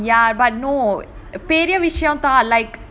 ya but no சின்ன விஷயமா இருக்கும்:chinna vishayamaa irukkum like